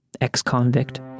Ex-convict